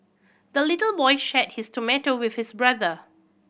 the little boy shared his tomato with his brother